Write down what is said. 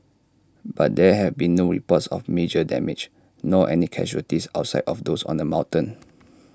but there have been no reports of major damage nor any casualties outside of those on the mountain